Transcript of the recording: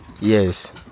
Yes